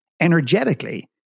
energetically